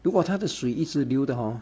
如果它的水一直的 hor